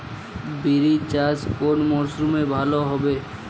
বিরি চাষ কোন মরশুমে ভালো হবে?